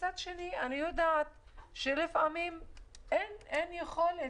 מהצד השני אני יודעת שלפעמים אין יכולת.